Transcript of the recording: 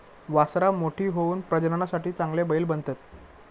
वासरां मोठी होऊन प्रजननासाठी चांगले बैल बनतत